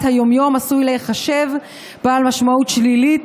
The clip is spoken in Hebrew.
היום-יום עשוי להיחשב בעל משמעות שלילית,